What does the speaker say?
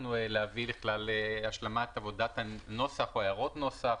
הצלחנו להביא להשלמה את עבודת הנוסח או הערות נוסח,